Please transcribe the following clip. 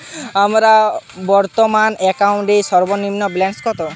আমার বর্তমান অ্যাকাউন্টের সর্বনিম্ন ব্যালেন্স কত?